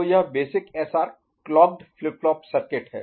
तो यह basic SR clocked flip flop circuit है